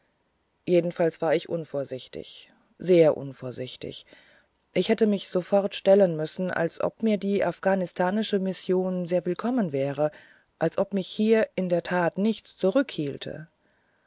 jedenfalls war ich unvorsichtig sehr unvorsichtig ich hätte mich sofort stellen müssen als ob mir die afghanistanische mission sehr willkommen wäre als ob mich hier in der tat nichts